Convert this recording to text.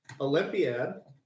Olympiad